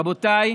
רבותיי,